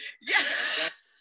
Yes